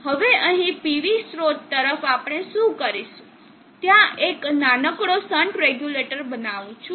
હવે અહીં PV સ્ત્રોત તરફ આપણે શું કરીશું ત્યાં એક નાનકડો શન્ટ રેગ્યુલેટર બનાવું છું